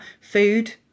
food